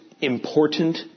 important